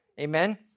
amen